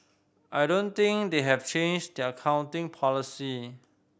I don't think they have changed their accounting policy